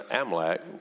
Amalek